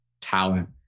talent